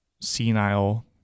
senile